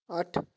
ਅੱਠ